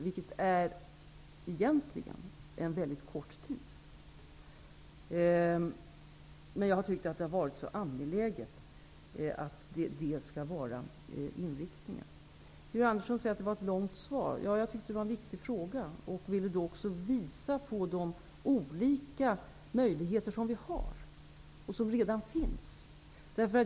Egentligen är det en väldigt kort tid. Men jag har tyckt att det här är så angeläget att det skall vara inriktningen. Georg Andersson tyckte att det var ett långt svar. Jag tyckte att det var en viktig fråga och ville visa på de olika möjligheter som redan finns.